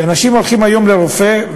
כשאנשים הולכים היום לרופא,